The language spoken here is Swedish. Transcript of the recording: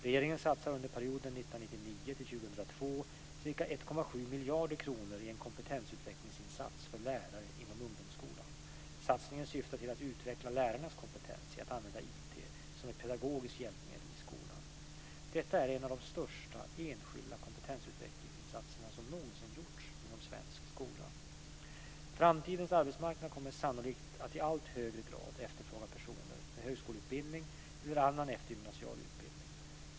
Regeringen satsar under perioden 1999-2002 ca 1,7 miljarder kronor i en kompetensutvecklingsinsats för lärare inom ungdomsskolan. Satsningen syftar till utveckla lärarnas kompetens i att använda IT som ett pedagogiskt hjälpmedel i skolan. Detta är en av de största enskilda kompetensutvecklingsinsatserna som någonsin gjorts inom svensk skola. Framtidens arbetsmarknad kommer sannolikt att i allt högre grad efterfråga personer med högskoleutbildning eller annan eftergymnasial utbildning.